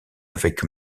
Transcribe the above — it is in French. avec